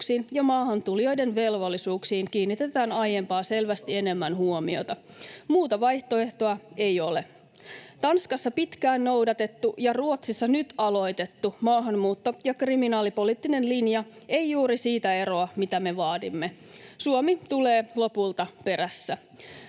ja maahantulijoiden velvollisuuksiin kiinnitetään aiempaa selvästi enemmän huomiota. Muuta vaihtoehtoa ei ole. Tanskassa pitkään noudatettu ja Ruotsissa nyt aloitettu maahanmuutto- ja kriminaalipoliittinen linja ei juuri siitä eroa, mitä me vaadimme. Suomi tulee lopulta perässä.